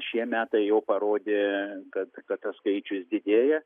šie metai jau parodė kad tas skaičius didėja